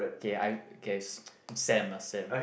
K I K s~ Sam lah Sam